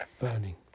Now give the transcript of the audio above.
burning